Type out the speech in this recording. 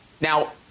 Now